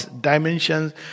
dimensions